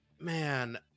man